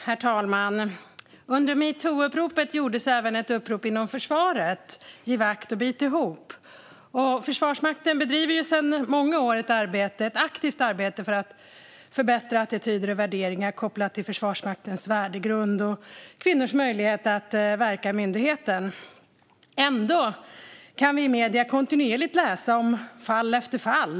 Herr talman! Under metoo-uppropet gjordes även ett upprop inom försvaret, Giv akt och bit ihop. Försvarsmakten bedriver sedan många år ett aktivt arbete för att förbättra attityder och värderingar kopplade till Försvarsmaktens värdegrund och kvinnors möjlighet att verka i myndigheten. Ändå kan vi i medierna kontinuerligt läsa om fall efter fall.